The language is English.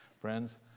Friends